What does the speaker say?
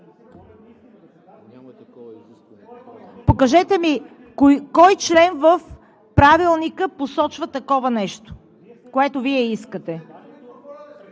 Покажете ми кой член в Правилника посочва такова нещо, което Вие искате?